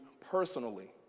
personally